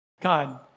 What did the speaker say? God